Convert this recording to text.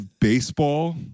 baseball